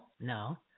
No